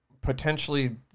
potentially